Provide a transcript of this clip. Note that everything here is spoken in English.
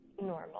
normal